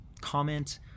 comment